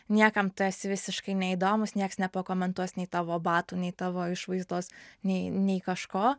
niekam tu esi visiškai neįdomus nieks nepakomentuos nei tavo batų nei tavo išvaizdos nei nei kažko